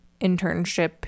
internship